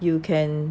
you can